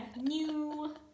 new